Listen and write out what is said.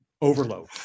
overload